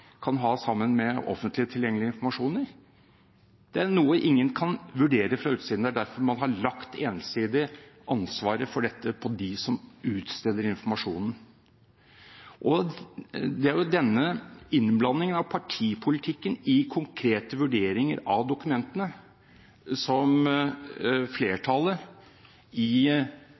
kan ha sammen med offentlig tilgjengelige informasjoner. Det er noe ingen kan vurdere fra utsiden. Det er derfor man har lagt, ensidig, ansvaret for dette på dem som utsteder informasjonen. Det er denne innblandingen av partipolitikken i konkrete vurderinger av dokumentene som flertallet i